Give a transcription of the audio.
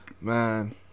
man